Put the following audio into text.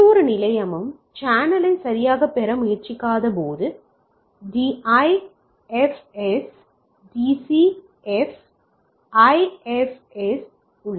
எந்தவொரு நிலையமும் சேனலை சரியாகப் பெற முயற்சிக்காத போது டிஐஎஃப்எஸ் டிசிஎஃப் ஐஎஃப்எஸ் உள்ளது